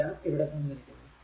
എല്ലാം ഇവിടെ തന്നിരിക്കുന്നു